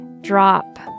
drop